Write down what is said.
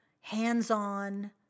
hands-on